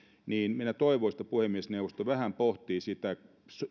minä toivoisin että puhemiesneuvosto vähän pohtisi sitä